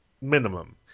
minimum